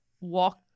walk